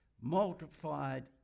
multiplied